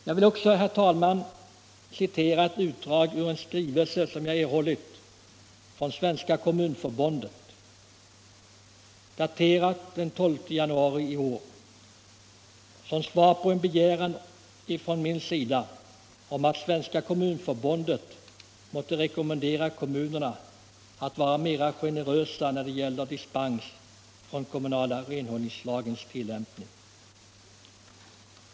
Jag vill vidare, herr talman, citera ett utdrag ur en skrivelse som jag erhållit från Svenska kommunförbundet, daterad den 12 januari i år, såsom svar på en begäran av mig att Svenska kommunförbundet måtte rekommendera kommunerna att vara mera generösa när det gäller dispenser från den kommunala renhållningslagens tillämpning.